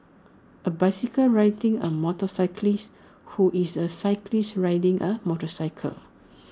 A bicycle riding A motorcyclist who is A cyclist riding A motorcycle